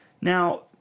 Now